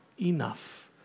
enough